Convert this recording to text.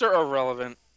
Irrelevant